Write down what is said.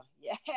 yes